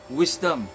wisdom